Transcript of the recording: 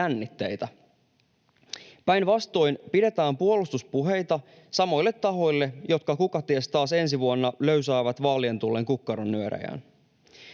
jännitteitä. Päinvastoin pidetään puolustuspuheita samoille tahoille, jotka kukaties taas ensi vuonna löysäävät vaalien tullen kukkaronnyörejään.